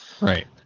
Right